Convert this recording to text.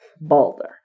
balder